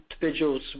individuals